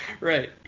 Right